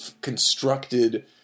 constructed